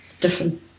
different